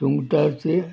सुंगटांचें